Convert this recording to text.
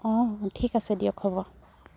অ' ঠিক আছে দিয়ক হ'ব